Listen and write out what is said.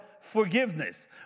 forgiveness